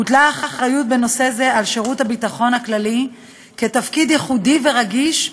הוטלה האחריות בנושא זה על שירות הביטחון הכללי כתפקיד ייחודי ורגיש,